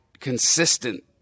consistent